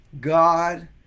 God